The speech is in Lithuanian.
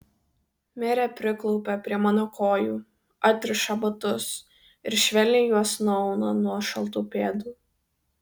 merė priklaupia prie mano kojų atriša batus ir švelniai juos nuauna nuo šaltų pėdų